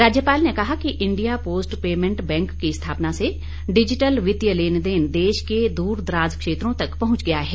राज्यपाल ने कहा कि इंडिया पोस्ट पेमैंट बैंक की स्थापना से डिजीटल वित्तीय लेन देन देश के दूर दराज क्षेत्रों तक पहुंच गया है